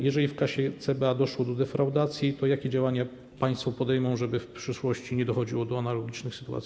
Jeżeli w kasie CBA doszło do defraudacji, to jakie działania państwo podejmą, żeby w przyszłości nie dochodziło do analogicznych sytuacji?